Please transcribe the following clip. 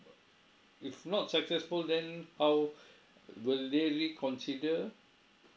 if not successful then how will they reconsider